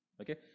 okay